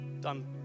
done